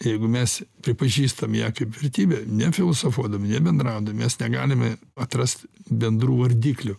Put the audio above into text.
jeigu mes pripažįstam ją kaip vertybę nefilosofuodami nebendraudami mes negalime atrasti bendrų vardiklių